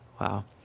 Wow